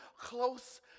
close